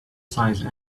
size